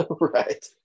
Right